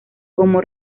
como